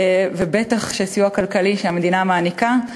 ובטח לסיוע כלכלי שהמדינה מעניקה.